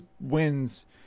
wins